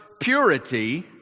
purity